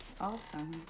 awesome